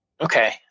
Okay